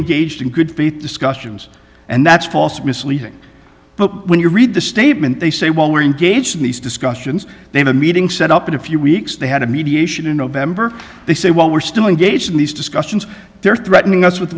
engaged in good faith discussions and that's false misleading but when you read the statement they say well we're engaged in these discussions they have a meeting set up in a few weeks they had a mediation in november they say well we're still engaged in these discussions they're threatening us with